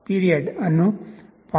period ಅನ್ನು 0